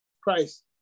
Christ